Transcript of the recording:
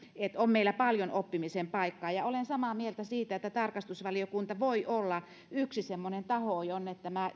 on meillä paljon oppimisen paikka olen samaa mieltä siitä että tarkastusvaliokunta voi olla yksi semmoinen taho jonne